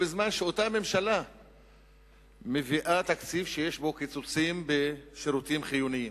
בזמן שאותה ממשלה מביאה תקציב שיש בו קיצוצים בשירותים חיוניים.